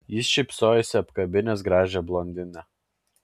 jis šypsojosi apkabinęs gražią blondinę